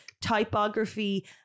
typography